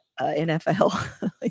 NFL